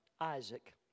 Isaac